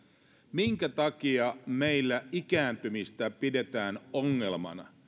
minkä takia meillä ikääntymistä pidetään ongelmana